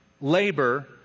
labor